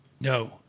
No